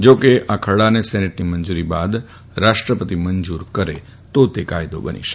જા કે તેને સેનેટની મંજૂરી બાદ રાષ્ટ્રપતિ મંજૂર કરે તો જ કાયદો બને છે